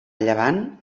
llevant